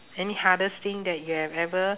any hardest thing that you have ever